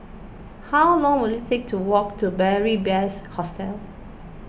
how long will it take to walk to Beary Best Hostel